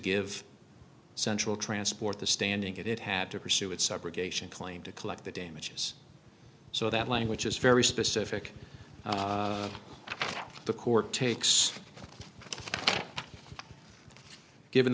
give central transport the standing it it had to pursue it subrogation claim to collect the damages so that language is very specific to the court takes given